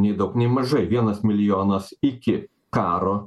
nei daug nei mažai vienas milijonas iki karo